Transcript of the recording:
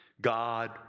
God